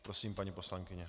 Prosím, paní poslankyně.